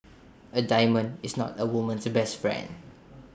A diamond is not A woman's best friend